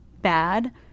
bad